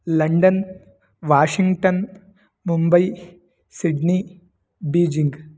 London Washington Mumbai Sydney Beijing